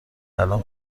الان